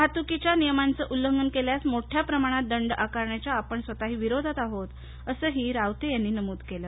वाहतूकीच्या नियमांचे उल्लंघन केल्यास मोठ्या प्रमाणात दंड आकारण्याच्या आपण स्वतःही विरोधात आहोत असंही रावते यांनी नमूद केलं